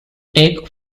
take